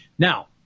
Now